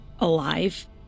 alive